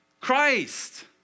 Christ